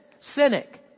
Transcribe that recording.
cynic